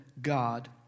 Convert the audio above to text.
God